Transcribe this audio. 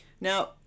Now